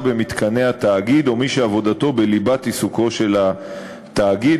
במתקני התאגיד או מי שעבודתו בליבת עיסוקו של התאגיד,